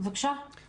אני